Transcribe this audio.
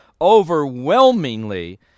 overwhelmingly